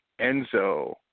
Enzo